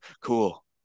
Cool